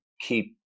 keep